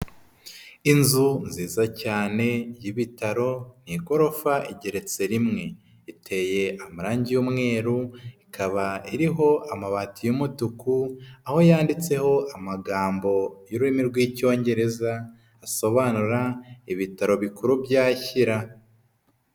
Inzu nziza cyane y'ibitaro ni igorofa igeretse rimwe, iteye amarange y'umweru ikaba iriho amabati y'umutuku, aho yanditseho amagambo y'ururimi rw'icyongereza, asobanura ibitaro bikuru bya Shyira.